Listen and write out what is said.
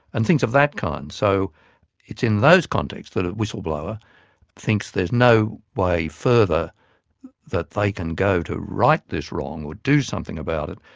and things of that kind. so it's in those contexts that a whistleblower thinks there's no way further that they can go to right this wrong or do something about it.